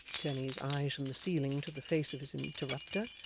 turning his eyes from the ceiling to the face of his interrupter,